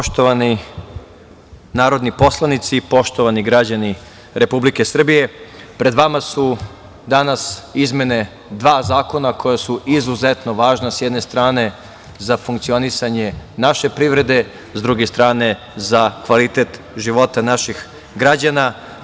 Poštovani narodni poslanici, poštovani građani Republike Srbije pred vama su danas izmene dva zakona koja su izuzetno važna s jedne strane za funkcionisanje naše privrede, s druge strane za kvalitet života naših građana.